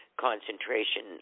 concentration